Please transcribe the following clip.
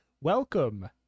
Welcome